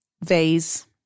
vase